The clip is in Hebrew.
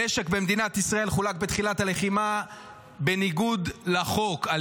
נשק במדינת ישראל חולק בתחילת הלחימה בניגוד לחוק על